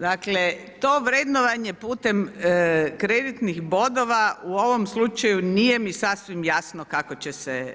Dakle, to vrednovanje putem kreditnih bodova u ovom slučaju nije mi sasvim jasno kako će se